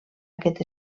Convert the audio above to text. aquest